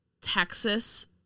Texas